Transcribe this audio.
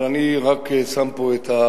אבל אני רק שם פה את,